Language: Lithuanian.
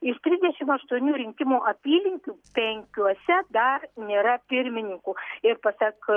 iš trisdešim aštuonių rinkimų apylinkių penkiose dar nėra pirmininkų ir pasak